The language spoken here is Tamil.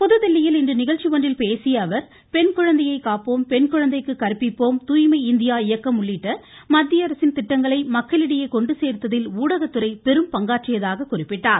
புதுதில்லியில் இன்று நிகழ்ச்சி ஒன்றில் பேசிய அவர் பெண் குழந்தையை காப்போம் பெண் குழந்தைக்கு கற்பிப்போம் துாய்மை இந்தியா இயக்கம் உள்ளிட்ட மத்திய அரசின் திட்டங்களை மக்களிடையே கொண்டு சேர்த்ததில் ஊடகத்துறை பெரும்பங்காற்றியதாக குறிப்பிட்டார்